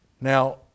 Now